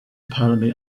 apparently